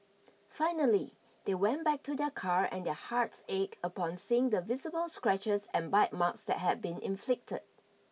finally they went back to their car and their hearts ached upon seeing the visible scratches and bite marks that had been inflicted